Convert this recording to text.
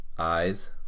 eyes